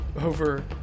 over